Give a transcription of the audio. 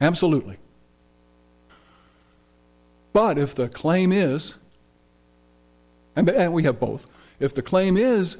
absolutely but if the claim is i bet we have both if the claim is a